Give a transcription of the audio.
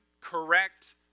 correct